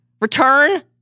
return